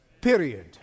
Period